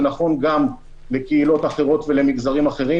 נכון גם לקהילות אחרות ולמגזרים אחרים